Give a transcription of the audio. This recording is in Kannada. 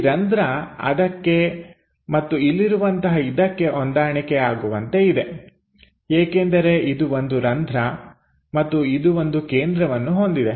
ಈ ರಂಧ್ರ ಅದಕ್ಕೆ ಮತ್ತು ಇಲ್ಲಿರುವಂತಹ ಇದಕ್ಕೆ ಹೊಂದಾಣಿಕೆ ಆಗುವಂತೆ ಇದೆ ಏಕೆಂದರೆ ಇದು ಒಂದು ರಂಧ್ರ ಮತ್ತು ಇದು ಒಂದು ಕೇಂದ್ರವನ್ನು ಹೊಂದಿದೆ